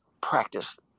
practice